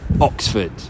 Oxford